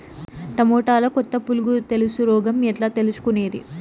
టమోటాలో కొత్త పులుగు తెలుసు రోగం ఎట్లా తెలుసుకునేది?